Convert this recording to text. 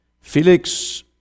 Felix